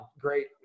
great